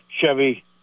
Chevy